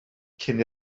cyn